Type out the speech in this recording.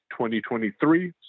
2023